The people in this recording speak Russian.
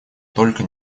только